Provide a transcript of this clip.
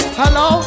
hello